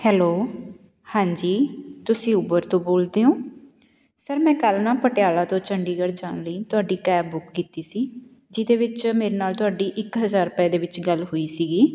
hello ਹਾਂਜੀ ਤੁਸੀਂ Uber ਤੋਂ ਬੋਲਦੇ ਹੋ ਸਰ ਮੈਂ ਕੱਲ੍ਹ ਨਾ ਪਟਿਆਲਾ ਤੋਂ ਚੰਡੀਗੜ੍ਹ ਜਾਣ ਲਈ ਤੁਹਾਡੀ ਕੈਬ ਬੁੱਕ ਕੀਤੀ ਸੀ ਜਿਹਦੇ ਵਿੱਚ ਮੇਰੇ ਨਾਲ ਤੁਹਾਡੀ ਇੱਕ ਹਜ਼ਾਰ ਰੁਪਏ ਦੇ ਵਿੱਚ ਗੱਲ ਹੋਈ ਸੀਗੀ